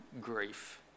grief